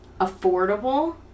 affordable